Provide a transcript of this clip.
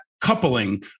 coupling